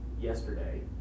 yesterday